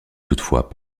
toutefois